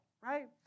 right